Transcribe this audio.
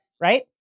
Right